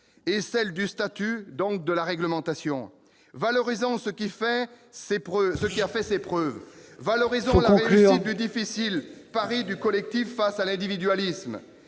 et celles de statut, donc de réglementation. Valorisons ce qui a fait ses preuves ! Valorisons la réussite du difficile pari du collectif face à l'individualisme.